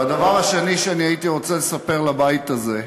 והדבר השני שאני הייתי רוצה לספר לבית הזה,